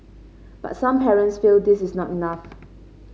but some parents feel this is not enough